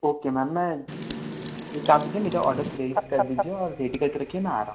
okay ma'am मैं एक काम कीजिए मेरा ऑडर प्लेस कर दीजिए और रेडी करके रखिए मैं आ रहा हूँ